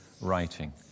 writing